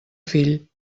fill